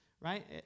right